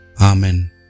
Amen